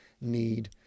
need